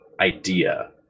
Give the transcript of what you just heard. idea